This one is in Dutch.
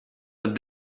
het